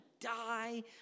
die